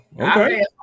okay